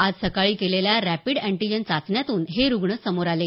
आज सकाळी केलेल्या रॅपीड अँटिजेन चाचण्यातून हे रुग्ण समोर आले